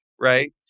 right